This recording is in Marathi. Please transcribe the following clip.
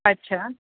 अच्छा